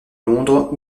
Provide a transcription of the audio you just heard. londres